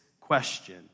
question